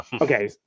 Okay